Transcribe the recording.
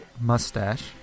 Mustache